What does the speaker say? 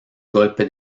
golpe